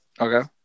Okay